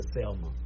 Selma